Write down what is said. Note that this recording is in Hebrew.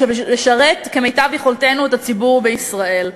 בשביל לשרת כמיטב יכולתנו את הציבור בישראל.